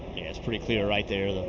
pretty clear right there.